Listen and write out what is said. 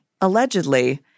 allegedly